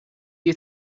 you